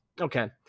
Okay